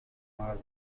مرض